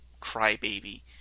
crybaby